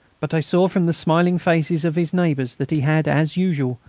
but i saw from the smiling faces of his neighbours that he had, as usual,